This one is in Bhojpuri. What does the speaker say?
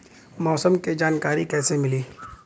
मौसम के जानकारी कैसे मिली?